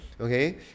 Okay